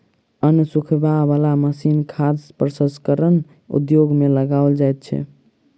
अन्न सुखबय बला मशीन खाद्य प्रसंस्करण उद्योग मे लगाओल जाइत छै